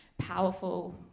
powerful